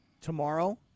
tomorrow